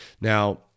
Now